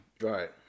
Right